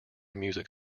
music